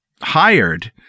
hired